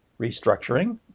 restructuring